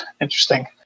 interesting